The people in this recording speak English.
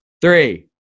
three